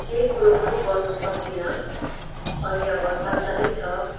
केही कुरो पनि गर्नु सक्दिनँ अहिले अब सानसानै छ